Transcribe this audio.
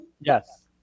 Yes